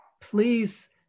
Please